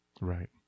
Right